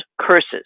curses